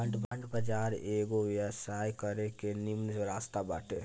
bond बाजार एगो व्यवसाय करे के निमन रास्ता बाटे